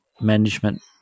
management